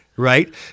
Right